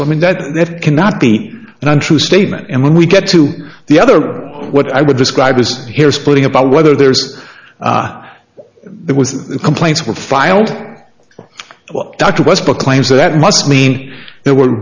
so i mean that cannot be an untrue statement and when we get to the other what i would describe as hair splitting about whether there's there was complaints were filed what dr west book claims that must mean they were